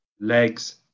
legs